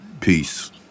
peace